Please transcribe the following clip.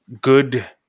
good